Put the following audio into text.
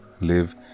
live